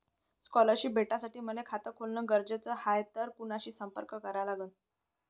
Scholarship भेटासाठी मले खात खोलने गरजेचे हाय तर कुणाशी संपर्क करा लागन?